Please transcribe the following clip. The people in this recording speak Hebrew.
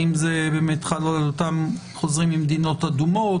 האם זה באמת חל על אותם חוזרים ממדינות אדומות,